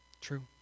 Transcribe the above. True